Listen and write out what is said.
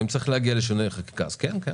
ואם צריך להגיע לשינויי חקיקה אז כן.